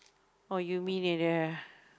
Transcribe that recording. or you mean